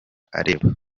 areba